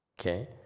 Okay